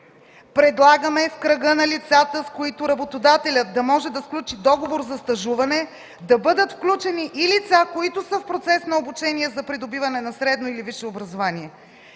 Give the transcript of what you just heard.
„Предлагаме в кръга на лицата, с които работодателят да може да сключи договор за стажуване, да бъдат включени и лица, които са в процес на обучение за придобиване на средно или висше образование.